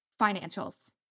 financials